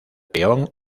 peón